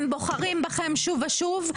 הם בוחרים בכם שוב ושוב,